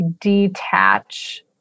detach